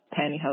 pantyhose